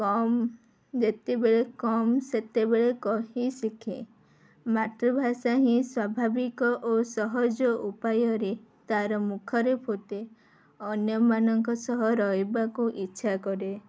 କମ୍ ଯେତେବେଳେ କମ୍ ସେତେବେଳେ କହି ଶିଖେ ମାତୃଭାଷା ହିଁ ସ୍ୱାଭାବିକ ଓ ସହଜ ଉପାୟ ରେ ତା'ର ମୁଖରେ ଫୁଟେ ଅନ୍ୟମାନଙ୍କ ସହ ରହିବାକୁ ଇଚ୍ଛା କରେ